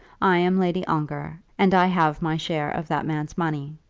i am lady ongar, and i have my share of that man's money.